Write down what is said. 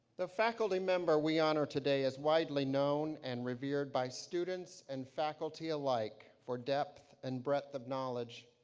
the faculty member we honor today is widely known and revered by students and faculty alike for depth and breadth of knowledge.